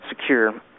secure